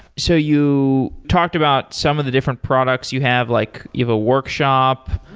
so you talked about some of the different products you have, like you have a workshop,